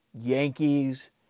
Yankees